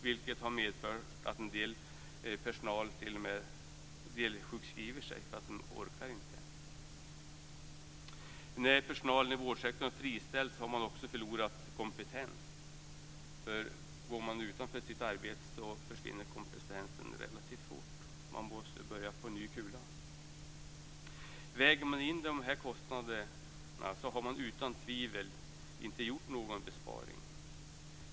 Det har medfört att en del personal t.o.m. delsjukskriver sig för att de inte orkar. När personal i vårdsektorn har friställts har man också förlorat kompetens. Går man utanför sitt arbete försvinner kompetensen relativt fort. Man måste börja på en ny kula. Väger man in de här kostnaderna har man utan tvivel inte gjort någon besparing.